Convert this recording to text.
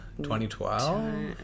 2012